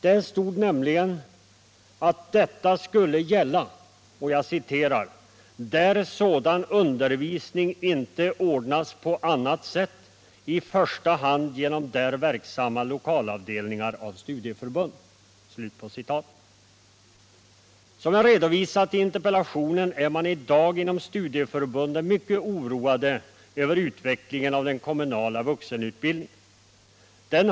Där stod nämligen att detta skulle gälla ”där sådan undervisning inte ordnas på annat sätt, i första hand genom där verksamma lokalavdelningar av studieförbund”. Som jag redovisat i interpellationen är man i dag inom studieförbunden mycket oroad över utvecklingen av den kommunala vuxenutbildningen.